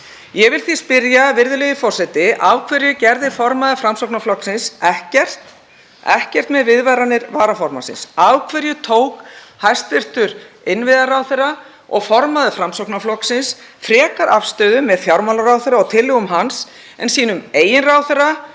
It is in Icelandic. Ég vil því spyrja, virðulegi forseti: Af hverju gerði formaður Framsóknarflokksins ekkert með viðvaranir varaformannsins? Af hverju tók hæstv. innviðaráðherra og formaður Framsóknarflokksins frekar afstöðu með fjármálaráðherra og tillögum hans en sínum eigin ráðherra,